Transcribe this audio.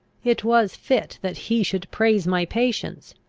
it was fit that he should praise my patience,